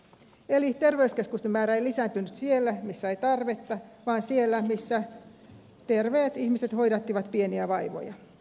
eli terveyskeskusten määrä ei lisääntynyt siellä missä oli tarvetta vaan siellä missä terveet ihmiset hoidattivat pieniä vaivoja